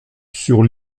sur